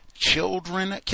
Children